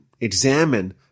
examine